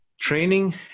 training